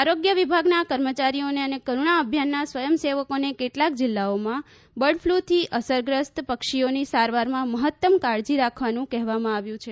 આરોગ્ય વિભાગના કર્મચારીઓને અને કરુણા અભિયાના સ્વયંસેવકોને કેટલાંક જિલ્લાઓમાં બર્ડફ્લુથી અસરગ્રસ્ત પક્ષીઓની સારવારમાં મહત્તમ કાળજી રાખવાનું કહેવામાં આવ્યું છે